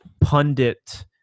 pundit